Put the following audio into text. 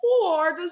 poor